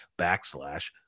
backslash